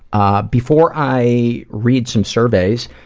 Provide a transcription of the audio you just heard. ah, before i read some surveys,